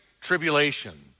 tribulation